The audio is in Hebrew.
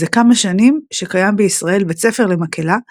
וזה כמה שנים שקיים בישראל בית ספר למקהלה,